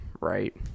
right